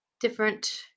different